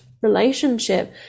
relationship